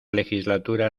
legislatura